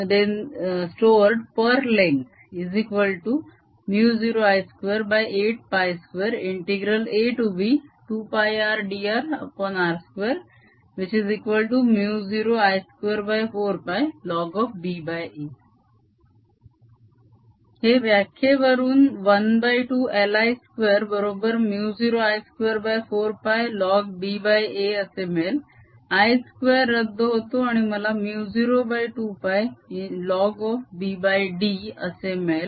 Energy storedlength 0I282ab2πrdrr20I24πlnba हे व्याख्येवरून 12LI2 बरोबर 0I24πlnba असे मिळेल I2 रद्द होतो आणि मला 02πlnbd मिळेल